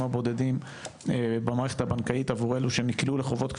הבודדים במערכת הבנקאית עבור אלו שנקלעו לחובות כבדים,